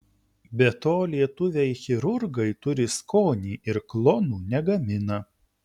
be to lietuviai chirurgai turi skonį ir klonų negamina